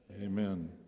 Amen